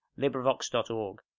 LibriVox.org